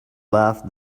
love